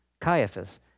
Caiaphas